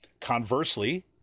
Conversely